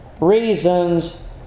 Reasons